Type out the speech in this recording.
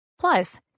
Plus